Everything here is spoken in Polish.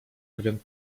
pewien